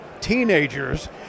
teenagers